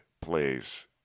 plays